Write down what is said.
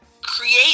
create